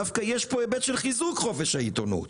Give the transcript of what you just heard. יש פה דווקא היבט של חיזוק חופש העיתונות